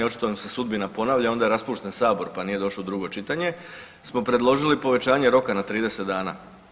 Očito nam se sudbina ponavlja, onda je raspušten Sabor pa nije došao u drugo čitanje smo predložili povećanje roka na 30 dana.